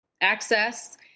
access